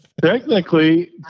Technically